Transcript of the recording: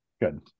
Good